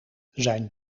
zijn